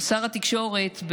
שר התקשורת,